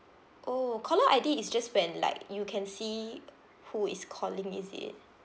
oh caller I_D is just when like you can see who is calling is it